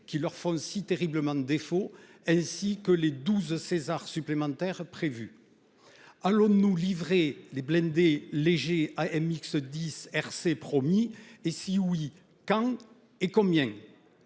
qui leur font si terriblement défaut, ainsi que des douze Caesar supplémentaires prévus ? Allons-nous livrer les blindés légers AMX 10 RC promis ? Si oui, quand et combien ?